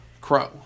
Crow